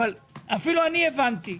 אבל אפילו אני הבנתי.